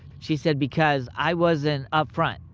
she said, because i wasn't upfront